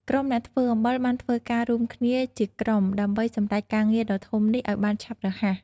ក្រុមអ្នកធ្វើអំបិលបានធ្វើការរួមគ្នាជាក្រុមដើម្បីសម្រេចការងារដ៏ធំនេះឲ្យបានឆាប់រហ័ស។